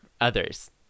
others